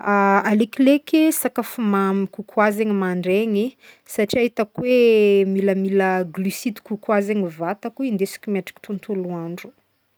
Alekileky e sakafo mamy kokoà zegny mandregny e, satrià hitako hoe milamila glucide kokoà zegny vatako hindesiko miatriky tontolo andro.